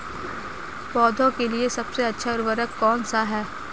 पौधों के लिए सबसे अच्छा उर्वरक कौनसा हैं?